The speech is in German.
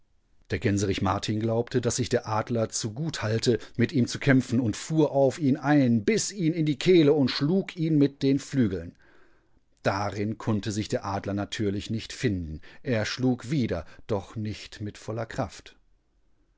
der gänserich martin glaubte daß sich der adler zu gut halte mit ihm zu kämpfen und fuhr auf ihn ein biß ihn in die kehle und schlug ihn mit den flügeln darinkonntesichderadlernatürlichnichtfinden erschlugwieder dochnichtmitvollerkraft derjungelagundschliefanderselbenstellewieakkaunddiewildgänse als er daunenfein